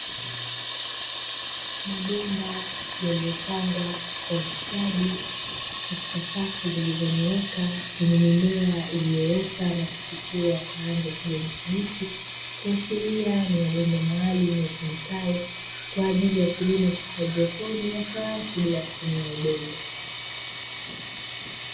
Mabomba yaliyopangwa kwa ustadi katika safu zilizonyooka zenye mimea iliyoota na kuchipua kwa rangi ya kijani kibichi, kushiria ni mabomba maalumu yatumikayo kwa ajili ya kilimo cha haidroponia cha sayansi bila kutumia udongo.